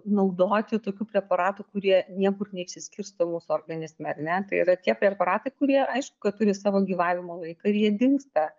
naudoti tokių preparatų kurie niekur neišsiskirsto mūsų organizme ar ne tai yra tie preparatai kurie aišku kad turi savo gyvavimo laiką ir jie dingsta